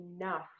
enough